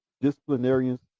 disciplinarians